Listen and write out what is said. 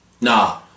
Nah